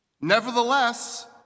Nevertheless